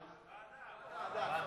ועדה.